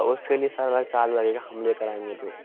उसके लिए सर अलग चार्ज लगेगा हम ले कर आएंगे तो